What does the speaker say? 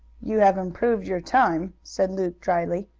you have improved your time, said luke dryly.